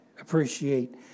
appreciate